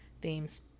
themes